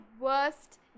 worst